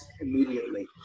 immediately